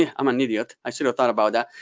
yeah i'm an idiot. i should have thought about yeah